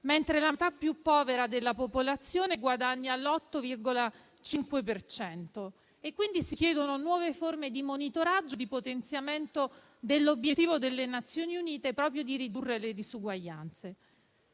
mentre la metà più povera della popolazione guadagna l'8,5 per cento. Quindi, si chiedono nuove forme di monitoraggio e di potenziamento dell'obiettivo delle Nazioni Unite di riduzione delle disuguaglianze.